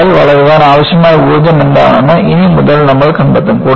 വിള്ളൽ വളരാൻ ആവശ്യമായ ഊർജ്ജം എന്താണെന്ന് ഇനി മുതൽ നമ്മൾ കണ്ടെത്തും